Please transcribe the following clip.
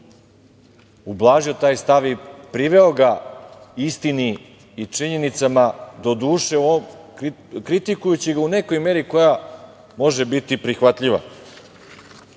ublažio taj stav i priveo ga istini i činjenicama, doduše kritikujući ga u nekoj meri koja može biti prihvatljiva. Kad